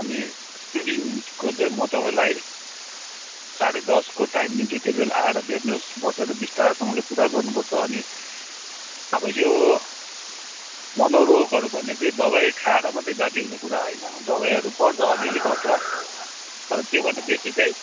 अनि तेस्रो दिनको चाहिँ म तपाईँलाई साढे दसको टाइम दिन्छु त्यति बेला आएर भेट्नुहोस् बसेर विस्तारसँगले कुरा गर्नुपर्छ अनि अब यो मनोरोगहरू भन्ने चाहिँ दबाई खाएर मात्रै जाती हुने कुरा होइन दबाईहरू पर्छ अलिअलि पर्छ तर त्योभन्दा बेसी चाहिँ